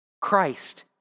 Christ